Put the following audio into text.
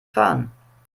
fahren